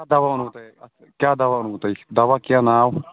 کَتھ دَوا ووٚنوٕ تۄہہِ اَتھ کیٛاہ دَوا اوٚنوٕ تۄہہِ دوا کیٛاہ ناو